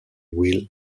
wheel